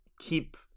keep